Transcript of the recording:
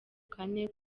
kane